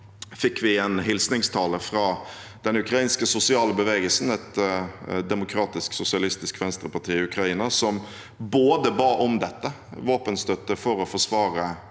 fikk vi en hilsningstale fra ukrainske Social Movement, et demokratisk-sosialistisk venstreparti i Ukraina. De ba om både våpenstøtte for å forsvare